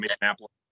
Minneapolis